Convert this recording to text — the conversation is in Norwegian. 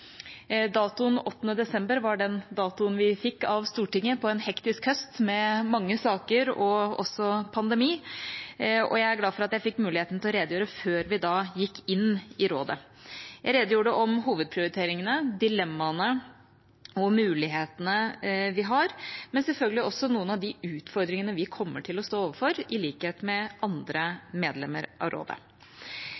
Datoen 8. desember var den datoen vi fikk av Stortinget på en hektisk høst med mange saker og også pandemi. Jeg er glad for at jeg fikk muligheten til å redegjøre før vi gikk inn i rådet. Jeg redegjorde for hovedprioriteringene, dilemmaene og mulighetene vi har, men selvfølgelig også noen av de utfordringene vi kommer til å stå overfor, i likhet med andre